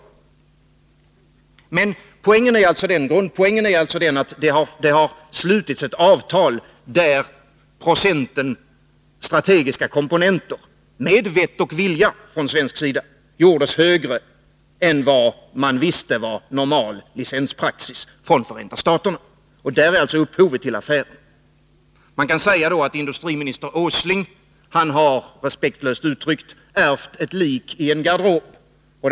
Grundpoängen är emellertid den att det har slutits ett avtal där procenten strategiska komponenter med vett och vilja från svensk sida gjordes högre än man visste var normal licenspraxis, fastställd av USA. Det är upphovet till kritiken av affären: Man kan respektlöst uttryckt säga att industriminister Nils Åsling har ärvt ett lik i garderoben.